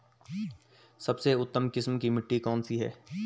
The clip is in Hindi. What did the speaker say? सबसे उत्तम किस्म की मिट्टी कौन सी है?